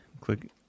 Click